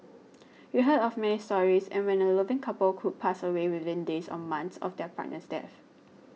we heard of many stories and when a loving couple could pass away within days or months of their partner's death